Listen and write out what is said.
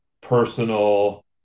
personal